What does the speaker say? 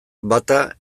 bata